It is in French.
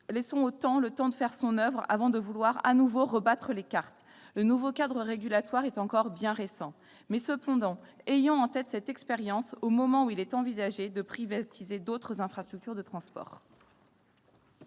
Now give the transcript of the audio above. Laissons le temps faire son oeuvre avant de vouloir de nouveau rebattre les cartes : le nouveau cadre régulatoire est encore bien récent. Ayons en tête cette expérience, au moment où il est envisagé de privatiser d'autres infrastructures de transport.